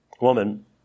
woman